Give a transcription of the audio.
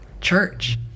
church